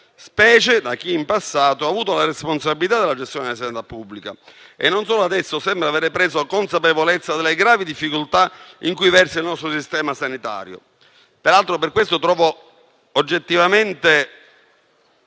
specie da chi in passato ha avuto la responsabilità della gestione della sanità pubblica e che solo adesso sembra aver preso consapevolezza delle gravi difficoltà in cui versa il nostro sistema sanitario. Peraltro, è per questo che trovo oggettivamente